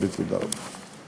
תודה רבה.